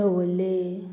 दवल्लें